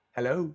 Hello